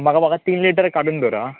म्हाका म्हाका तीन लिटर काडून दवरा